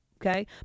Okay